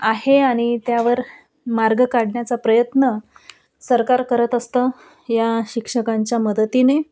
आहे आणि त्यावर मार्ग काढण्याचा प्रयत्न सरकार करत असतं या शिक्षकांच्या मदतीने